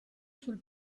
sul